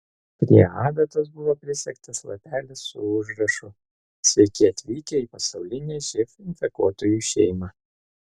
prie adatos buvo prisegtas lapelis su užrašu sveiki atvykę į pasaulinę živ infekuotųjų šeimą